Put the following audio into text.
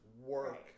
work